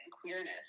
queerness